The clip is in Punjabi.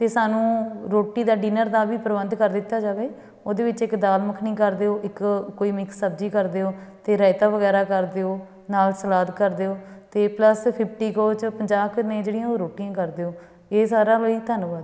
ਅਤੇ ਸਾਨੂੰ ਰੋਟੀ ਦਾ ਡਿਨਰ ਦਾ ਵੀ ਪ੍ਰਬੰਧ ਕਰ ਦਿੱਤਾ ਜਾਵੇ ਉਹਦੇ ਵਿੱਚ ਇੱਕ ਦਾਲ ਮੱਖਣੀ ਕਰ ਦਿਓ ਇੱਕ ਕੋਈ ਮਿਕਸ ਸਬਜ਼ੀ ਕਰ ਦਿਓ ਅਤੇ ਰਾਇਤਾ ਵਗੈਰਾ ਕਰ ਦਿਓ ਨਾਲ ਸਲਾਦ ਕਰ ਦਿਓ ਅਤੇ ਪਲੱਸ ਫਿਫਟੀ ਕੋਚ ਪੰਜਾਹ ਕੁ ਨੇ ਜਿਹੜੀਆਂ ਉਹ ਰੋਟੀਆਂ ਕਰ ਦਿਓ ਇਹ ਸਾਰਾ ਲਈ ਧੰਨਵਾਦ